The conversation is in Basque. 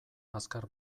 azkar